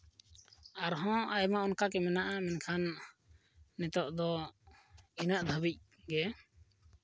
ᱟᱨᱦᱚᱸ ᱟᱭᱢᱟ ᱚᱱᱠᱟ ᱜᱮ ᱢᱮᱱᱟᱜᱼᱟ ᱮᱱᱠᱷᱟᱱ ᱱᱤᱛᱚᱜ ᱫᱚ ᱤᱱᱟᱹᱜ ᱫᱷᱟᱹᱵᱤᱡ ᱜᱮ